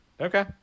okay